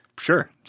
Sure